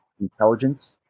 intelligence